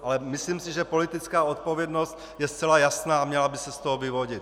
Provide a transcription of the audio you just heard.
Ale myslím si, že politická odpovědnost je zcela jasná a měla by se z toho vyvodit.